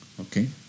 Okay